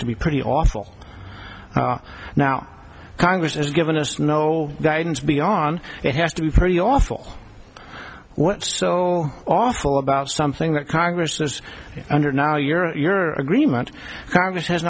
to be pretty awful now congress has given us no guidance beyond it has to be pretty awful what so awful about something that congress has under now your agreement congress has